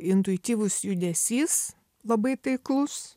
intuityvus judesys labai taiklus